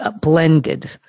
blended